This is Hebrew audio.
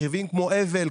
כמו אבל,